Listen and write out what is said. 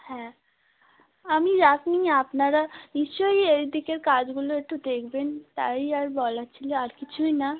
হ্যাঁ আমি আপনি আপনারা নিশ্চই এই দিকের কাজগুলো একটু দেখবেন তাই আর বলার ছিলো আর কিছুই না